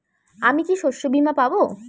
আমি কি শষ্যবীমা পাব?